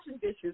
dishes